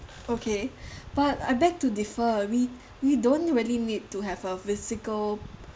okay but I beg to differ we we don't really need to have a physical